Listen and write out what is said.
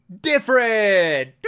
Different